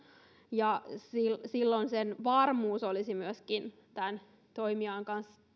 ja silloin silloin sen varmuus myöskin tämän toimijan